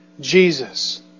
Jesus